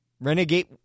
Renegade